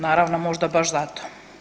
Naravno, možda baš zato.